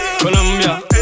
Colombia